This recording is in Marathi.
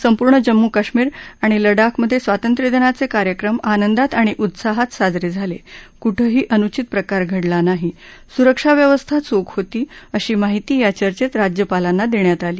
संपूर्ण जम्मू कश्मीर आणि लडाखमधे स्वातंत्र्यदिनाचे कार्यक्रम आंनदात आणि उत्साहात साजरे झाले कुठंही अनुचित प्रकार घडला नाही सुरक्षा व्यवस्था चोख होती अशी माहिती या चर्चेत राज्यपालांना देण्यात आली